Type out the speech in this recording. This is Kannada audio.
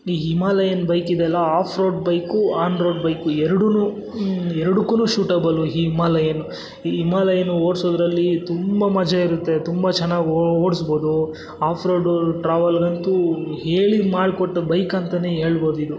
ಈ ಹಿಮಾಲಯನ್ ಬೈಕ್ ಇದೆ ಅಲ್ಲ off road bike on road bike ಎರಡು ಎರಡುಕ್ಕು ಶೂಟಬಲ್ಲು ಹೀಮಾಲಯನು ಈ ಇಮಾಲಯನ್ ಓಡಿಸೋದ್ರಲ್ಲಿ ತುಂಬ ಮಜ ಇರುತ್ತೆ ತುಂಬ ಚೆನ್ನಾಗಿ ಓಡಿಸ್ಬೋದು ಆಫ್ ರೋಡು ಟ್ರಾವಲ್ಗಂತೂ ಹೇಳಿ ಮಾಡಿಕೊಟ್ಟ ಬೈಕ್ ಅಂತನೇ ಹೇಳ್ಬೋದ್ ಇದು